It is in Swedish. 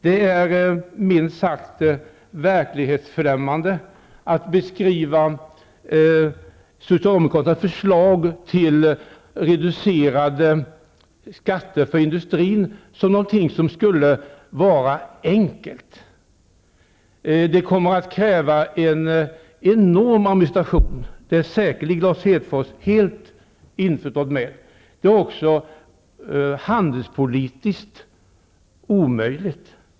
Det är minst sagt verklighetsfrämmande att beskriva Socialdemokraternas förslag till reducerade skatter för industrin som något som skulle vara enkelt. Det kommer att kräva en enorm administration. Det är säkerligen Lars Hedfors helt införstådd med. Det är också handelspolitiskt omöjligt.